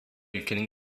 ülkenin